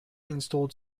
installed